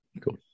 Cool